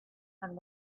and